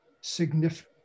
significant